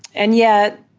and yet,